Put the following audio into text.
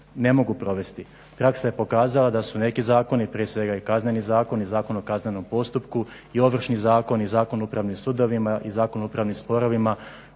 ne mogu provesti. Praksa je pokazala da su neki zakoni, prije svega i Kazneni zakon i Zakon o kaznenom postupku i Ovršni zakon i Zakon o upravnim sudovima i Zakon o upravnim sporovima